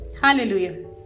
hallelujah